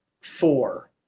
four